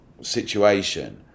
situation